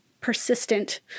persistent